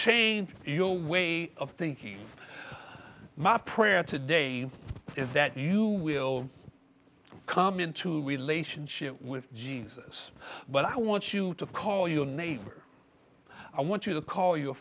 change your way of thinking my prayer today is that you will come into relationship with jesus but i want you to call your neighbor i want you to call your